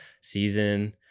season